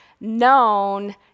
known